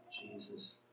Jesus